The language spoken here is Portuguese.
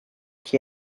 que